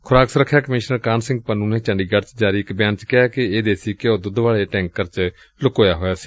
ਖੁਰਾਕ ਸੁਰੱਖਿਆ ਕਮਿਸ਼ਨਰ ਕਾਹਨ ਸਿੰਘ ਪੰਨੂ ਨੇ ਚੰਡੀਗੜ੍ਹ ਚ ਜਾਰੀ ਇਕ ਬਿਆਨ ਚ ਕਿਹਾ ਕਿ ਇਹ ਦੇਸੀ ਘਉ ਦੁੱਧ ਵਾਲੇ ਟੈ ਕਰ ਚ ਲੁਕਾਇਆ ਹੋਇਆ ਸੀ